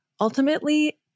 ultimately